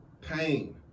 Pain